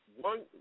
One